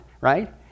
right